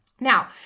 Now